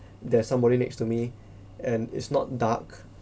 there's somebody next to me and it's not dark